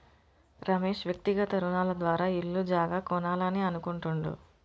రమేష్ వ్యక్తిగత రుణాల ద్వారా ఇల్లు జాగా కొనాలని అనుకుంటుండు